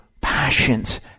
passions